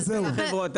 נכון.